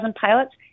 pilots